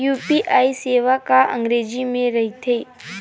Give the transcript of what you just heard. UPI सेवा का अंग्रेजी मा रहीथे?